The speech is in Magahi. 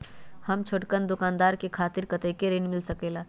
हम छोटकन दुकानदार के खातीर कतेक ऋण मिल सकेला?